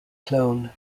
clone